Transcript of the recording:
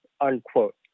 unquote